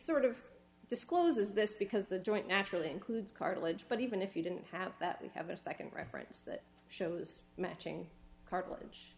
sort of discloses this because the joint naturally includes cartilage but even if you didn't have that you have a nd reference that shows matching cartilage